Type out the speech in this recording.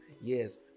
yes